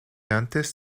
antes